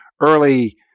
early